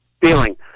feeling